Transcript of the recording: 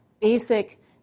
basic